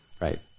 right